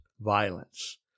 violence